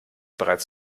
bereits